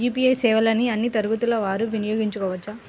UPI సేవలని అన్నీ తరగతుల వారు వినయోగించుకోవచ్చా?